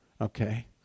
okay